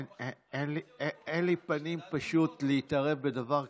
אין לי פנים פשוט להתערב בדבר כזה,